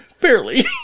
Barely